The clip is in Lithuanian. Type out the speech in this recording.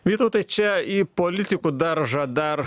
vytautai čia į politikų daržą dar